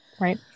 right